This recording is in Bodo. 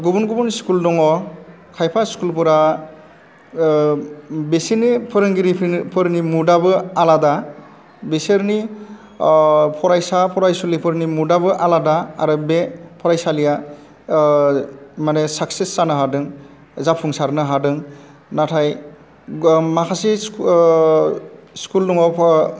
गुबुन गुबुन स्कुल दङ खायफा स्कुलफोरा बिसिनि फोरोंगिरिफोरनि मुड आबो आलादा बिसोरनि फरायसा फरायसुलिफोरनि मुडआबो आलादा आरो बे फरायसालिया मानि साकसिस जानो हादों जाफुंसारनो हादों नाथाय माखासे स्कुल स्कुल दङ फो